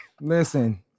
Listen